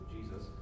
Jesus